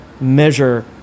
measure